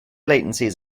latencies